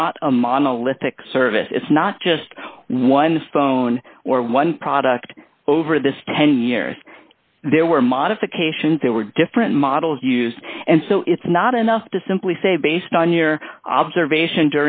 not a monolithic service it's not just one phone or one product over this ten years there were modifications there were different models used and so it's not enough to simply say based on your observation